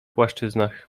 płaszczyznach